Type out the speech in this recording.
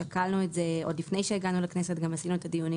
שקלנו את זה עוד לפני שהגענו לכנסת וגם קיימנו את הדיונים